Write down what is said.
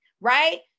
right